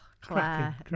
Claire